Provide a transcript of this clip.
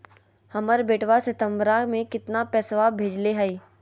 हमर बेटवा सितंबरा में कितना पैसवा भेजले हई?